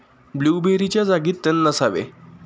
ब्लूबेरीच्या जागी तण नसावे